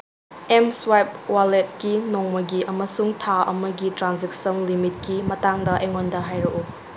ꯑꯦꯝꯁ꯭ꯋꯥꯏꯞ ꯋꯥꯂꯦꯠꯀꯤ ꯅꯣꯡꯃꯒꯤ ꯑꯃꯁꯨꯡ ꯊꯥ ꯑꯃꯒꯤ ꯇ꯭ꯔꯥꯟꯖꯦꯛꯁꯟ ꯂꯤꯃꯤꯠꯀꯤ ꯃꯇꯥꯡꯗ ꯑꯩꯉꯣꯟꯗ ꯍꯥꯏꯔꯛꯎ